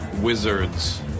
wizards